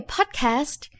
Podcast